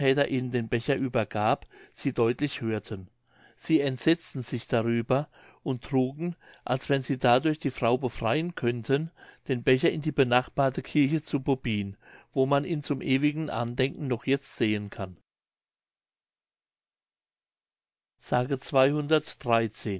ihnen den becher übergab sie deutlich hörten sie entsetzten sich darüber und trugen als wenn sie dadurch die frau befreien könnten den becher in die benachbarte kirche zu bobbin wo man ihn zum ewigen andenken noch jetzt sehen kann